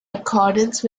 accordance